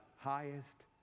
highest